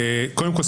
קודם כל,